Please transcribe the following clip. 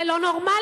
זה לא נורמלי.